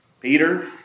Peter